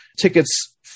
Tickets